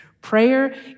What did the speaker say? prayer